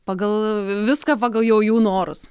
pagal viską pagal jau jų norus